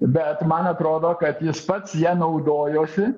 bet man atrodo kad jis pats ja naudojosi